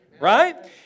Right